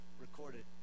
recorded